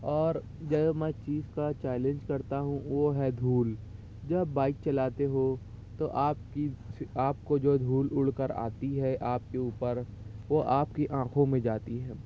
اور جو میں چیز کا چیلنج کرتا ہوں وہ ہے دھول جب بائک چلاتے ہو تو آپ کی آپ کو جو دھول اڑ کر آتی ہے آپ کے اوپر وہ آپ کی آنکھوں میں جاتی ہے